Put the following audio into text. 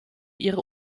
ihre